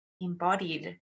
embodied